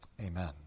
amen